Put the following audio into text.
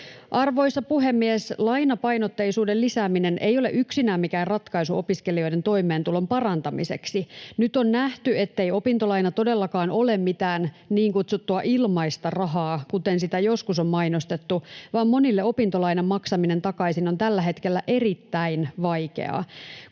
Arvoisa puhemies! Lainapainotteisuuden lisääminen ei ole yksinään mikään ratkaisu opiskelijoiden toimeentulon parantamiseksi. Nyt on nähty, ettei opintolaina todellakaan ole mitään niin kutsuttua ilmaista rahaa, kuten sitä joskus on mainostettu, vaan monille opintolainan maksaminen takaisin on tällä hetkellä erittäin vaikeaa.